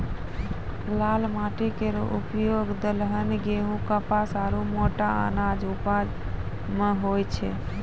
लाल माटी केरो उपयोग दलहन, गेंहू, कपास आरु मोटा अनाज उपजाय म होय छै